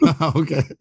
Okay